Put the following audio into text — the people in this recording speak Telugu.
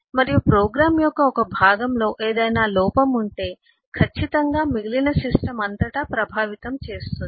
మరియు ప్రోగ్రామ్ యొక్క ఒక భాగంలో ఏదైనా లోపం ఉంటే ఖచ్చితంగా మిగిలిన సిస్టమ్ అంతటా ప్రభావితం చేస్తుంది